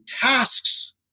tasks